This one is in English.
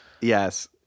Yes